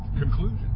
conclusion